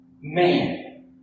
man